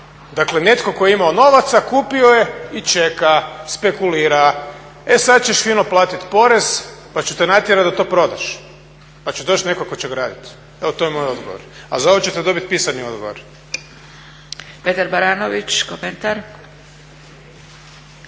Dakle, netko tko je imao novaca kupio je i čeka, spekulira. E sad ćeš fino platit porez pa ću te natjerati da to prodaš, pa će doći netko tko će graditi. Evo to je moj odgovor, a za ovo ćete dobiti pisani odgovor. **Zgrebec, Dragica